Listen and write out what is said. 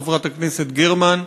חברת הכנסת גרמן,